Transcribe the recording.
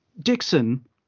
Dixon